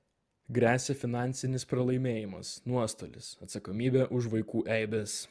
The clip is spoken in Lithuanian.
gresia finansinis pralaimėjimas nuostolis atsakomybė už vaikų eibes